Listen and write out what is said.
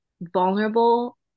vulnerable